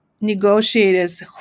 negotiators